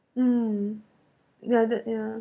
mm yeah that ya